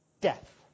death